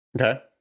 Okay